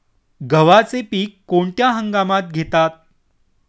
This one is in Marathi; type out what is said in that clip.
गव्हाचे पीक कोणत्या हंगामात घेतात?